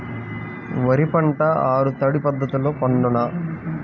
వరి పంట ఆరు తడి పద్ధతిలో పండునా?